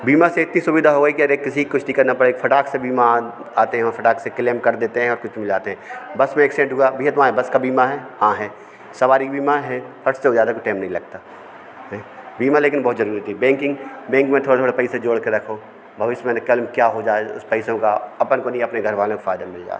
बीमा से इतनी सुविधा हो गई कि अरे किसी की कुछ नहीं करना पड़े फाटक से बीमा आते हैं और फाटक से क्लैम कर देते हैं और जाते हैं बस में एक्सीडेंट हुआ भिया तुम्हारे बस का बीमा है हाँ है सवारी का बीमा है फट से हो जाता टाइम नहीं लगता है बीमा लेकिन बहुत जरूरी होती है बैंकिंग बैंक में थोड़ा थोड़ा पैसे जोड़ के रखो भविष्य मैंने कल क्या हो जाए उस पैसों का अपन को नहीं अपने घर वालों का फ़ायदा मिल जाए